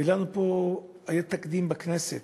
וגם פה היה תקדים, בכנסת,